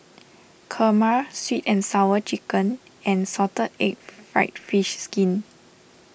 Kurma Sweet and Sour Chicken and Salted Egg Fried Fish Skin